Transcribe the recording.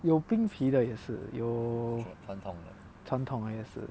有冰皮也是有传统也是